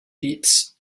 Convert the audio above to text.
kids